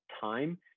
time